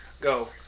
go